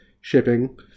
shipping